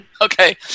Okay